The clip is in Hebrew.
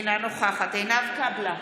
אינה נוכחת עינב קאבלה,